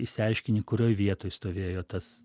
išsiaiškini kurioj vietoj stovėjo tas